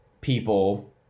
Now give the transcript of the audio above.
people